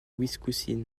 wisconsin